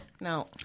No